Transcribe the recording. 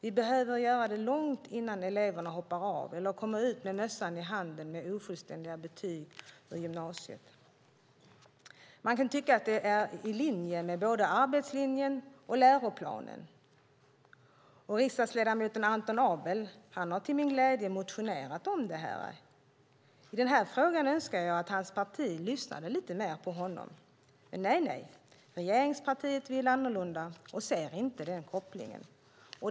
Vi behöver göra det långt innan eleverna hoppar av eller kommer ut med mössa i handen men med ofullständiga betyg från gymnasiet. Man kan tycka att det är i linje med både arbetslinjen och läroplanen. Riksdagsledamoten Anton Abele har till min glädje motionerat om det här. I den här frågan önskar jag att hans parti lyssnade lite mer på honom. Men nej, regeringspartiet vill annorlunda och ser inte den kopplingen.